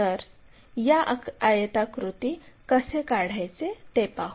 तर या आयताकृती कसे काढायचे ते पाहू